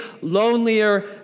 lonelier